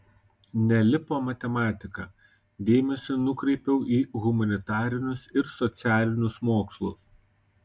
nelipo matematika dėmesį nukreipiau į humanitarinius ir socialinius mokslus